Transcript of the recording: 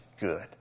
good